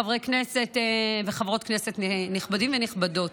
חברי כנסת וחברות כנסת נכבדים ונכבדות,